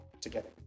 together